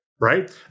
Right